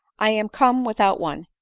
i am come without one,